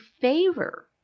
favor